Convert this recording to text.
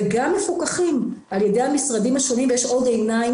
וגם מפוקחים על ידי המשרדים השונים ויש עוד עיניים